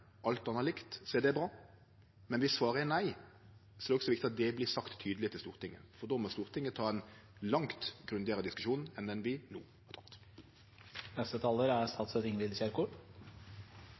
alt anna likt, er det bra. Men viss svaret er nei, er det også viktig at det vert sagt tydeleg til Stortinget, for då må Stortinget ta ein langt grundigare diskusjon enn han vi no har